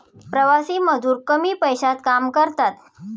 प्रवासी मजूर कमी पैशात काम करतात